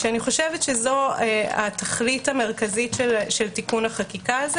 אני חושבת שזו התכלית המרכזית של תיקון החקיקה הזה